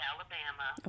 Alabama